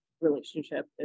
relationship